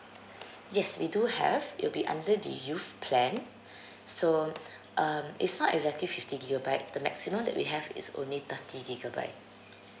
yes we do have it'll be under the youth plan so um it's not exactly fifty gigabyte the maximum that we have is only thirty gigabyte